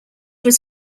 was